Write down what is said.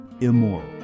immoral